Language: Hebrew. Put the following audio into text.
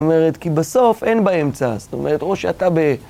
זאת אומרת, כי בסוף אין באמצע, זאת אומרת, או שאתה ב...